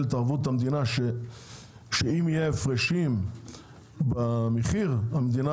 את ערבות המדינה שבמידה ויהיו הפרשים במחיר המדינה